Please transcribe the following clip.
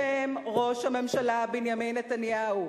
אשם ראש הממשלה בנימין נתניהו,